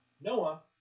Noah